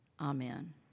Amen